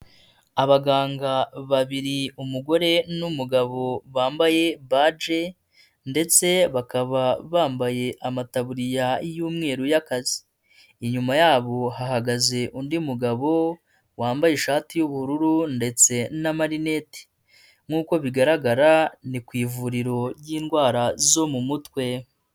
Abaganga babiri, umugore n'umugabo bambaye baji ndetse bakaba bambaye amatabuririya y'umweru y'akazi, inyuma yabo hahagaze undi mugabo wambaye ishati y'ubururu ndetse na marinete nk'uko bigaragara ni ku ivuriro ry'indwara zo mu mutwe.